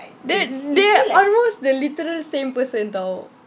they they almost the literal same person [tau]